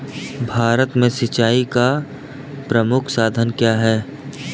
भारत में सिंचाई का प्रमुख साधन क्या है?